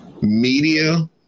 media